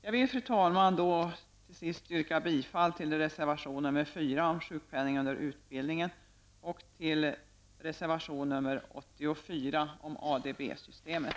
Jag vill, fru talman, till sist yrka bifall till reservation nr 4 om sjukpenning under utbildning och till reservation nr 84 om ADB-systemet.